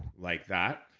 like that.